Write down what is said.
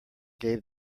gave